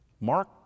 Mark